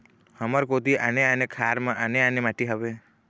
हमर कोती आने आने खार म आने आने माटी हावे?